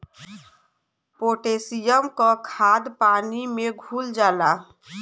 potassium क खाद पानी में घुल जाला